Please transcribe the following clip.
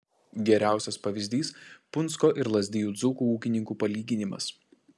geriausias pavyzdys punsko ir lazdijų dzūkų ūkininkų palyginimas